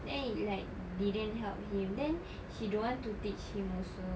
then it like didn't help him then she don't want to teach him also